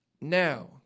Now